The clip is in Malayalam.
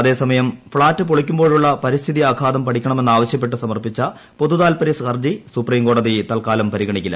അതേസമയം ഫ്ളാറ്റ് പൊളിക്കുമ്പോഴുള്ള പരിസ്ഥിതി ആഘാതം പഠിക്കണമെന്നാവശ്യപ്പെട്ട് സമർപ്പിച്ച പൊതു താൽപര്യ ഹർജി സുപ്രീം കോടതി തൽക്കാലം പരിഗണിക്കില്ല